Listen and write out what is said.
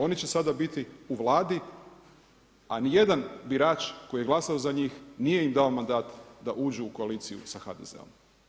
Oni će sada biti u Vladi, a ni jedan birač koji je glasao za njih nije im dao mandat da uđu u koaliciju sa HDZ-om.